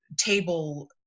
table